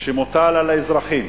שמוטל על האזרחים